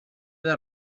del